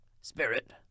Spirit